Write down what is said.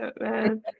man